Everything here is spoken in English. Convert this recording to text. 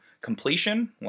completion